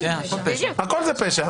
הכול זה פשע.